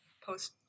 post